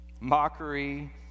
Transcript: Mockery